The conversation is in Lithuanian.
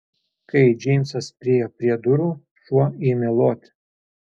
kai džeimsas priėjo prie durų šuo ėmė loti